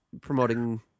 promoting